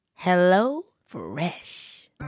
HelloFresh